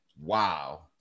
wow